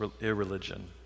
irreligion